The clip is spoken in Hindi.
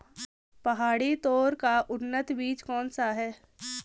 पहाड़ी तोर का उन्नत बीज कौन सा है?